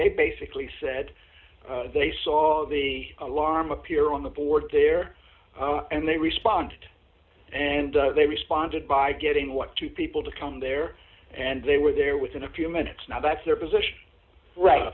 they basically said they saw the alarm appear on the board there and they responded and they responded by getting what two people to come there and they were there within a few minutes now that's their position right